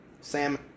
Sam